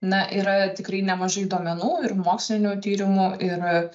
na yra tikrai nemažai duomenų ir mokslinių tyrimų ir